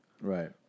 Right